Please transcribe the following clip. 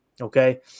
Okay